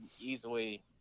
easily